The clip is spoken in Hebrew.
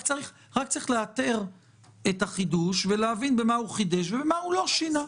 רק צריך לאתר את החידוש ולהבין במה הוא חידש ובמה הוא לא שינה.